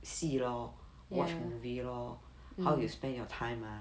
戏 lor watch movie lor how you spend your time mah